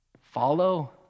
Follow